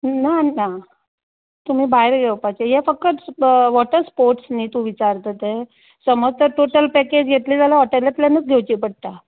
ना ना तुमी भायर घेवपाचें हें फकत वॉटर स्पोर्टस न्हय तुमी विचारता ते समज तर टोटल पॅकेज घेतली जाल्यार हॉटेलांतल्यानूच घेवची पडटा